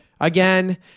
again